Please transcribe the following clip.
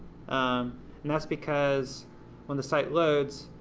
um and that's because when the site loads,